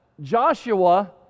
Joshua